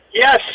Yes